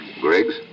Griggs